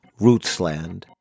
rootsland